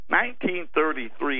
1933